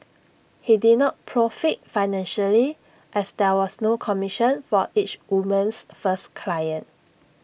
he did not profit financially as there was no commission for each woman's first client